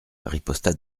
riposta